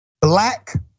black